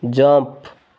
jump